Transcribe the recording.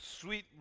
sweet